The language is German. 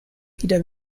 wieder